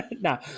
now